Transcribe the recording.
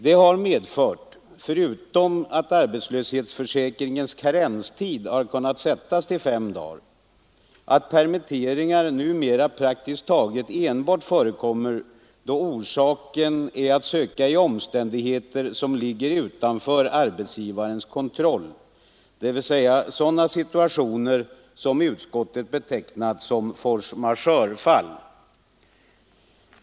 Det har medfört — förutom att arbetslöshetsförsäkringens karenstid har kunnat sättas till fem dagar — att permitteringar numera praktiskt taget enbart förekommer, då orsaken är att söka i omständigheter som ligger utanför arbetsgivarens kontroll, dvs. i sådana situationer som utskottet betecknat som force majeure-fall.